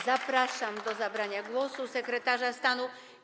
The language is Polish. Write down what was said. Zapraszam do zabrania głosu sekretarza stanu.